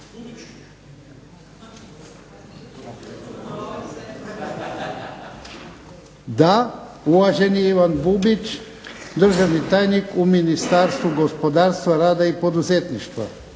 Da. Uvaženi Ivan Bubić, državni tajnik u Ministarstvu gospodarstva, rada i poduzetništva.